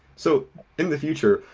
so in the future,